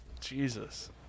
Jesus